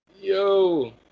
Yo